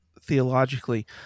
theologically